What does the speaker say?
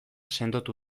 sendotu